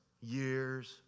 years